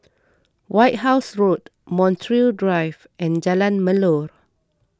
White House Road Montreal Drive and Jalan Melor